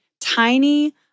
tiny